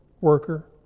worker